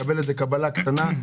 לקבל איזה קבלה קטנה,